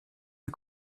ils